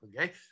okay